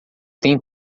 tem